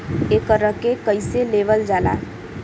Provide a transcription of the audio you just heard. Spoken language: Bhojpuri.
एकरके कईसे लेवल जाला?